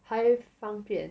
还方便